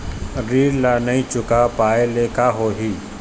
ऋण ला नई चुका पाय ले का होही?